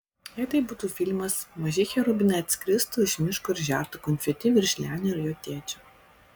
jei tai būtų filmas maži cherubinai atskristų iš miško ir žertų konfeti virš lenio ir jo tėčio